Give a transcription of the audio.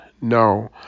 No